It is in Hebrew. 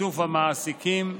בשיתוף המעסיקים,